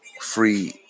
free